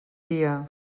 dia